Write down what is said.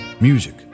Music